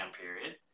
period